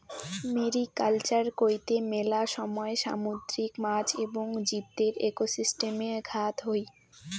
mariculture কৈত্তে মেলা সময় সামুদ্রিক মাছ এবং জীবদের একোসিস্টেমে ঘাত হই